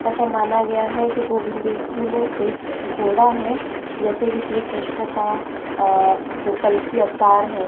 ऐसा माना गया है कि गोविन्द देव जी में एक घोड़ा है जैसे कि श्री कृष्ण का जो कलकी अवतार है